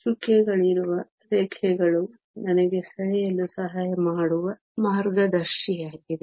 ಚುಕ್ಕೆಗಳಿರುವ ರೇಖೆಗಳು ನನಗೆ ಸೆಳೆಯಲು ಸಹಾಯ ಮಾಡುವ ಮಾರ್ಗದರ್ಶಿಯಾಗಿದೆ